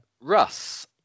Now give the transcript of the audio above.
Russ